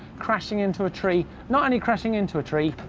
crashing into a tree. not only crashing into a tree,